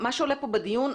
מה שעולה פה בדיון,